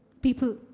people